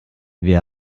wir